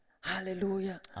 Hallelujah